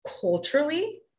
culturally